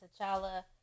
T'Challa